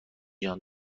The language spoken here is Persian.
جان